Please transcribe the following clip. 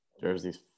Jersey's